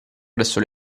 presso